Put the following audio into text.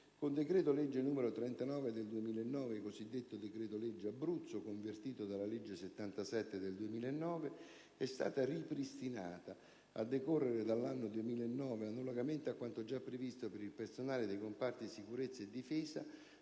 con decreto-legge n. 39 del 2009, cosiddetto decreto-legge Abruzzo, convertito dalla legge n. 77 del 2009, è stata ripristinata, a decorrere dall'anno 2009, analogamente a quanto già previsto per il personale dei comparti sicurezza e difesa,